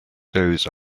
those